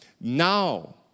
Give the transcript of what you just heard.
Now